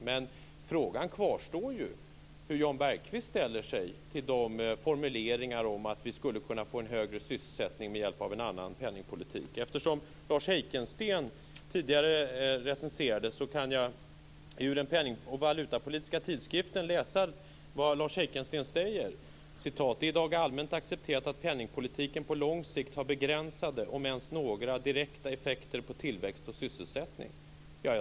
Men frågan kvarstår ju hur Jan Bergqvist ställer sig till formuleringarna om att vi skulle kunna få en högre sysselsättning med hjälp av en annan penningpolitik. Eftersom Lars Heikensten tidigare recenserades kan jag ur den Penning och valutapolitiska tidskriften läsa vad Lars Heikensten säger: Det är i dag allmänt accepterat att penningpolitiken på lång sikt har begränsade, om ens några, direkta effekter på tillväxt och sysselsättning.